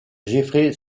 jeffrey